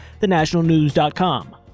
thenationalnews.com